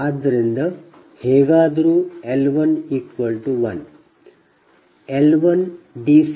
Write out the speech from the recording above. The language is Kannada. ಆದ್ದರಿಂದ ಹೇಗಾದರೂ L1 1